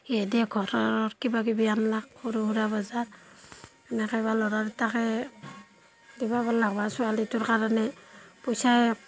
সিহেদিয়ে ঘৰৰ কিবা কিবি আনলাক সৰু সুৰা বজাৰ এনেকৈ বা ল'ৰা দুটাকে কিবা কৰলাক বা ছোৱালীটোৰ কাৰণে পইচা